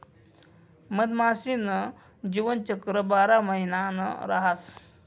मधमाशी न जीवनचक्र बारा महिना न रहास